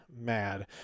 mad